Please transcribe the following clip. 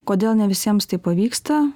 kodėl ne visiems tai pavyksta